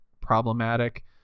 problematic